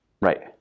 Right